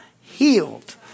Healed